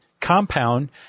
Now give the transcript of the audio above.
compound